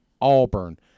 Auburn